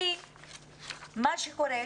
כי מה שקורה,